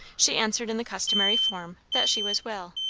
she answered in the customary form, that she was well.